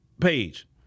page